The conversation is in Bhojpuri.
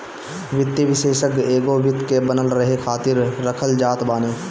वित्तीय विषेशज्ञ एगो वित्त के बनल रहे खातिर रखल जात बाने